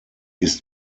ist